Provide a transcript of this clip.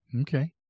Okay